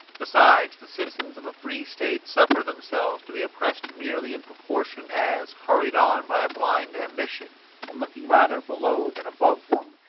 besides, the citizens of a free state suffer themselves to be oppressed merely in proportion as, hurried on by a blind ambition, and looking rather below than above them,